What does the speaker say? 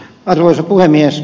arvoisa puhemies